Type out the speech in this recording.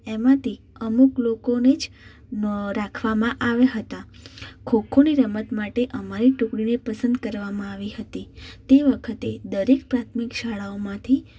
એમાંથી અમુક લોકોને જ ન રાખવામાં આવ્યા હતા ખો ખોની રમત માટે અમારી ટૂકડીને પસંદ કરવામાં આવી હતી તે વખતે દરેક પ્રાથમિક શાળાઓમાંથી